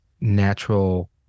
natural